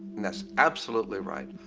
and that's absolutely right.